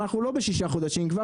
אנחנו לא בששה חודשים כבר,